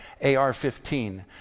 AR-15